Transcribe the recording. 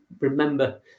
remember